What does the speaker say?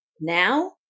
Now